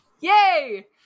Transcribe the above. Yay